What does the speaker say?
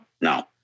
No